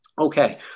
Okay